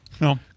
No